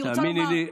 תאמיני לי,